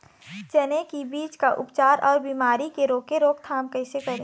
चने की बीज का उपचार अउ बीमारी की रोके रोकथाम कैसे करें?